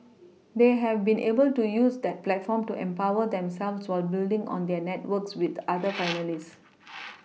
they have been able to use that platform to empower themselves while building on their networks with other finalists